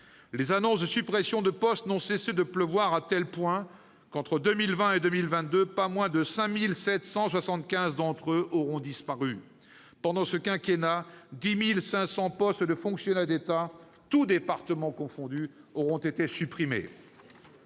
Les annonces de suppressions de postes n'ont cessé de pleuvoir, à tel point qu'entre 2020 et 2022 pas moins de 5 775 d'entre eux auront disparu. Pendant ce quinquennat, 10 500 postes de fonctionnaires d'État, tous départements confondus, auront été supprimés.